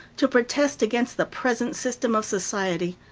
to protest against the present system of society.